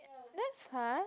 that's far